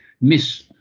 miss